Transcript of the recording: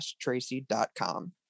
tracy.com